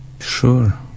sure